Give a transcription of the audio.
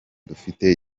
dufite